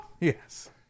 Yes